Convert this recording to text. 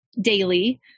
daily